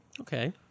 Okay